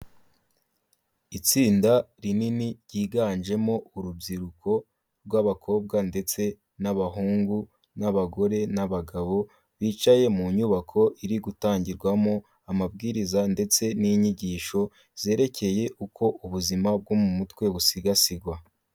Itsinda rinini ryiganjemo urubyiruko rw'abakobwa ndetse n'abahungu n'abagore n'abagabo, bicaye mu nyubako iri gutangirwamo amabwiriza ndetse n'inyigisho zerekeye uko ubuzima bwo mu mutwe busigasirwa.